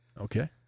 Okay